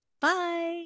bye